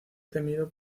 temido